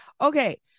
Okay